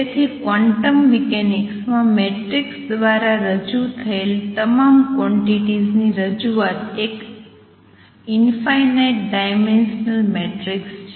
તેથી ક્વોન્ટમ મિકેનિક્સમાં મેટ્રિક્સ દ્વારા રજૂ થયેલ તમામ ક્વોંટીટીઝ ની રજૂઆત એક ઇંફાઇનાઇટ ડાયમેંસ્નલ મેટ્રિક્સ છે